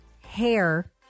hair